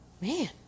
Man